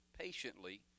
patiently